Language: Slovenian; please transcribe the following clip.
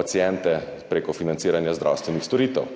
paciente prek financiranja zdravstvenih storitev.